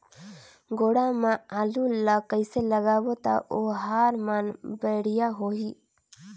गोडा मा आलू ला कइसे लगाबो ता ओहार मान बेडिया होही?